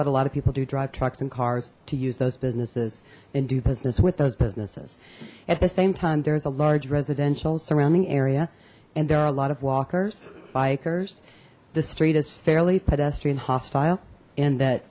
what a lot of people do drive trucks and cars to use those businesses and do business with those businesses at the same time there's a large residential surrounding area and there are a lot of walkers bikers the street is fairly pedestrian hostile and that